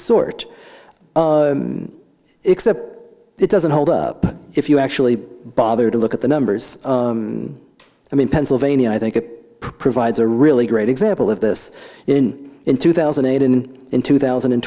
sort except it doesn't hold up if you actually bothered to look at the numbers i mean pennsylvania i think it provides a really great example of this in in two thousand and eight in in two thousand and